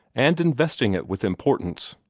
and investing it with importance.